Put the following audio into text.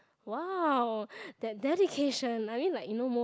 !wow! that dedication I mean like you know most